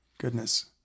Goodness